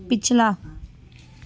ਪਿਛਲਾ